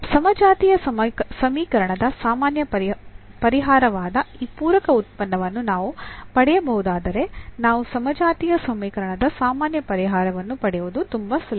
ಸಮಜಾತೀಯ ಸಮೀಕರಣದ ಸಾಮಾನ್ಯ ಪರಿಹಾರವಾದ ಈ ಪೂರಕ ಉತ್ಪನ್ನವನ್ನು ನಾವು ಪಡೆಯಬಹುದಾದರೆ ನಾವು ಸಮಜಾತೀಯ ಸಮೀಕರಣದ ಸಾಮಾನ್ಯ ಪರಿಹಾರವನ್ನು ಪಡೆಯುವುದು ತುಂಬಾ ಸುಲಭ